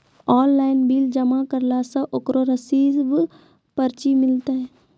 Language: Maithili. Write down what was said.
ऑनलाइन बिल जमा करला से ओकरौ रिसीव पर्ची मिलतै?